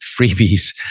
freebies